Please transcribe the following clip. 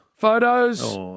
Photos